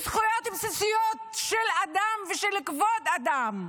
זכויות בסיסיות של אדם ושל כבוד אדם,